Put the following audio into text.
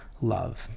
Love